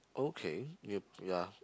okay y~ ya